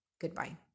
Goodbye